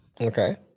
Okay